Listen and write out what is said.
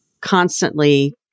constantly